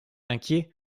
inquiet